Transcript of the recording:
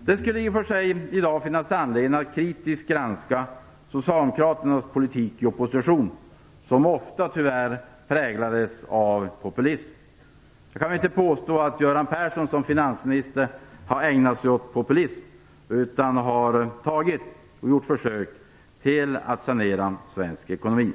I dag skulle det i och för sig finnas anledning att kritiskt granska socialdemokraternas politik i opposition. Den präglades tyvärr ofta av populism. Jag kan inte påstå att Göran Persson som finansminister har ägnat sig åt populism. Han har gjort försök att sanera den svenska ekonomin.